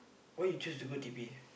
why you choose to go T_P